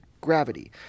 gravity